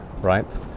right